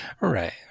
Right